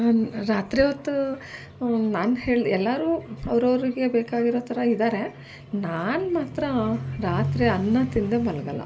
ರಾತ್ರಿ ಹೊತ್ತು ನಾನು ಹೇಳಿದ ಎಲ್ಲರೂ ಅವರವ್ರಿಗೆ ಬೇಕಾಗಿರೋ ಥರ ಇದ್ದಾರೆ ನಾನು ಮಾತ್ರ ರಾತ್ರಿ ಅನ್ನ ತಿನ್ನದೇ ಮಲ್ಗೋಲ್ಲ